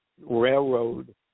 railroad